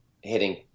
hitting